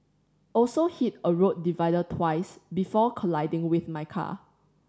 also hit a road divider twice before colliding with my car